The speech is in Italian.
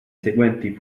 seguenti